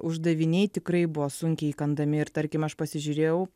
uždaviniai tikrai buvo sunkiai įkandami ir tarkim aš pasižiūrėjau